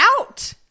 out